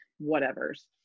whatever's